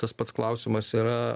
tas pats klausimas yra